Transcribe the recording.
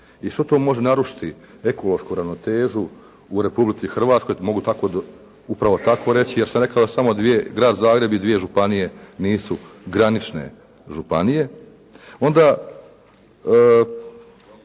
i što to može narušiti ekološku ravnotežu u Republici Hrvatskoj, mogu upravo tako reći jer sam rekao da samo grad Zagreb i dvije županije nisu granične županije. Onda